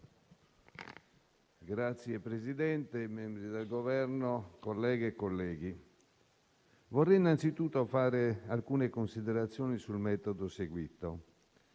Signor Presidente, membri del Governo, colleghe e colleghi, vorrei innanzitutto fare alcune considerazioni sul metodo seguito.